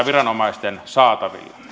viranomaisten saatavilla